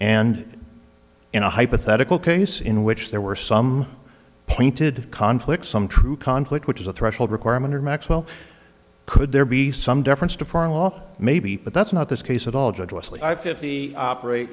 and in a hypothetical case in which there were some pointed conflicts some true conflict which is a threshold requirement or maxwell could there be some deference to foreign law maybe but that's not this case at all judge leslie i fifty operate